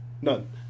None